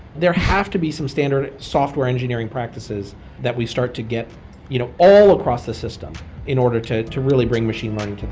there have to be some standard software engineering practices that we start to get you know all across the system in order to to really bring machine learning to the